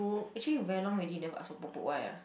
actually very long already never ask for why ah